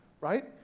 right